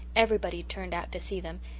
everybody turned out to see them,